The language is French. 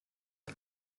qui